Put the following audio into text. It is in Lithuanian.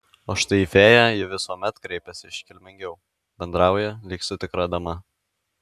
o štai į fėją ji visuomet kreipiasi iškilmingiau bendrauja lyg su tikra dama